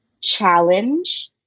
challenge